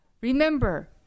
remember